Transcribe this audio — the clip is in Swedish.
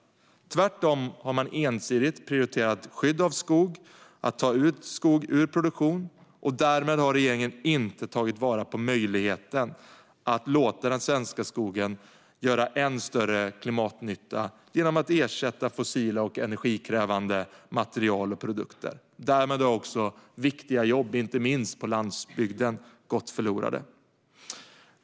Tvärtom har man ensidigt prioriterat skydd av skog och att ta skog ur produktion. Därmed har regeringen inte tagit vara på möjligheten att låta den svenska skogen göra än större klimatnytta genom att ersätta fossila och energikrävande material och produkter. Därmed har också viktiga jobb, inte minst på landsbygden, gått förlorade.